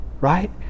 right